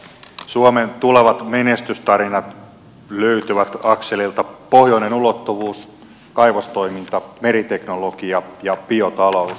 suomen tulevat menestystarinat löytyvät akselilta pohjoinen ulottuvuus kaivostoiminta meriteknologia ja biotalous